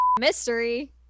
mystery